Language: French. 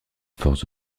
force